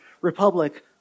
republic